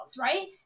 right